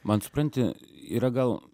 man supranti yra gal